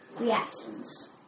reactions